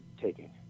taking